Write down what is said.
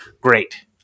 Great